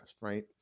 Right